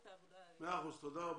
תודה רבה.